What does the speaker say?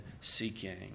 seeking